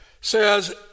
says